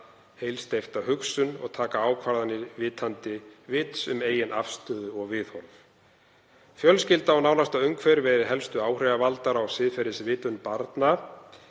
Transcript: heilsteypta hugsun og taka ákvarðanir vitandi vits um eigin afstöðu og viðhorf.“ Fjölskylda og nánasta umhverfi eru helstu áhrifavaldar á siðferðisvitund barna